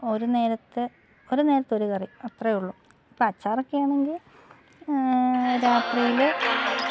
ഒരു നേരത്തെ ഒരു നേരത്തെ ഒരു കറി അത്രേയുള്ളൂ ഇപ്പോൾ അച്ചാർ ഒക്കെ ആണെങ്കിൽ രാത്രിയിൽ